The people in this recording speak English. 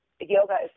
yoga